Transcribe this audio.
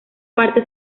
parte